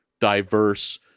diverse